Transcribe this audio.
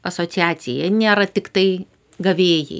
asociacijai jie nėra tiktai gavėjai